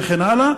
וכן הלאה,